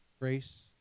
grace